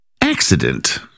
accident